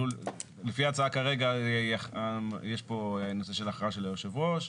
לפי ההצעה כרגע יש פה נושא של הכרעה של יושב הראש,